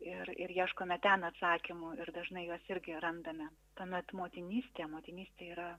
ir ir ieškome ten atsakymų ir dažnai juos irgi randame tuomet motinystė motinystė yra